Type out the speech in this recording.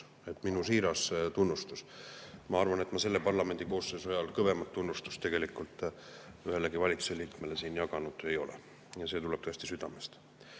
Minu siiras tunnustus. Ma arvan, et selle parlamendikoosseisu ajal ma kõvemat tunnustust ühelegi valitsuse liikmele siin jaganud ei ole, ja see tuleb tõesti südamest.